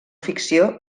ficció